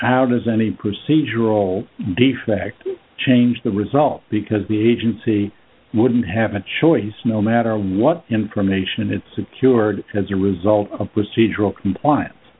how does any procedural defect change the result because the agency wouldn't have a choice no matter what information it secured as a result of procedural